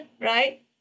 right